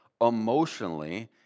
emotionally